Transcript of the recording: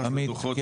עמית,